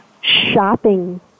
shopping